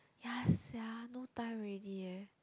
ya sia no time already eh